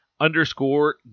underscore